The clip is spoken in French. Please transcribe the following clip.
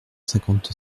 cinquante